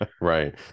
Right